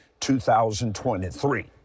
2023